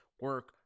Work